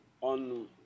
on